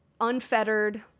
unfettered